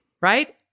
right